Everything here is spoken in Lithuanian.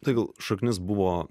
tai gal šaknis buvo